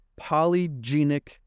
polygenic